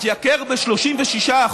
התייקר ב-36%.